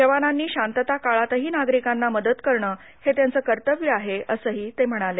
जवानांनी शांतता काळातही नागरिकांना मदत करणं हे त्यांचं कर्तव्य आहे असंही ते म्हणाले